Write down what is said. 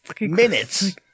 minutes